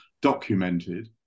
documented